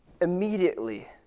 immediately